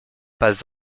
pas